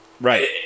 Right